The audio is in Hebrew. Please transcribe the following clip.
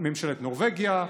מממשלת נורבגיה,